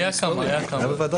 היו כמה, היו כמה.